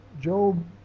Job